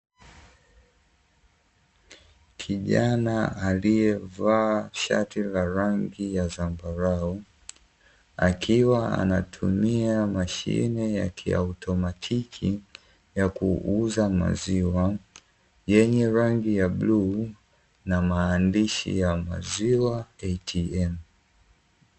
Kijana aliyevaa shati la rangi ya zambarau, akiwa anatumia mashine ya kiautomatoki ya kuuza maziwa yenye rangi ya bluu na maandishi ya maziwa "ATM".